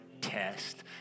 test